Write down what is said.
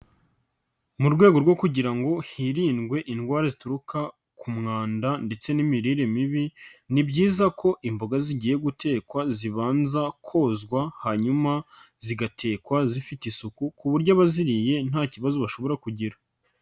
Mu rwego rwo kugira ngo hirindwe indwara zituruka ku mwanda ndetse n'imirire mibi, ni byiza ko imboga zigiye gutekwa zibanza kozwa hanyuma zigatekwa zifite isuku ku buryo abaziriye nta kibazo bashobora kugira.